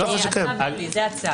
זה הצו.